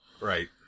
Right